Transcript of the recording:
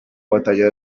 batalla